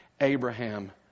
Abraham